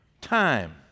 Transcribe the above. Time